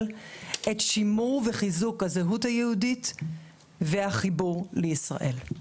את שימור וחיזוק הזהות היהודית והחיבור לישראל.